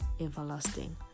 everlasting